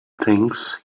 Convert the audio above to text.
things